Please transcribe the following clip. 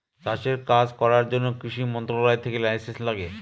চাষের কাজ করার জন্য কৃষি মন্ত্রণালয় থেকে লাইসেন্স লাগে